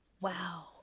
Wow